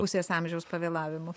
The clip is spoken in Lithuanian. pusės amžiaus pavėlavimu